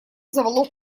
заволок